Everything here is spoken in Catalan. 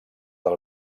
del